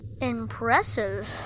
Impressive